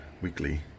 weekly